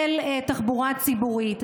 של תחבורה ציבורית.